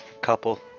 couple